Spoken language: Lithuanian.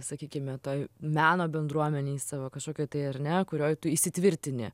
sakykime toj meno bendruomenėj savo kažkokioj tai ar ne kurioj tu įsitvirtini